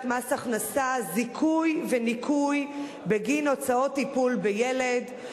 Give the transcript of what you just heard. מס הכנסה (זיכוי וניכוי בגין הוצאות טיפול בילדים).